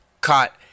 caught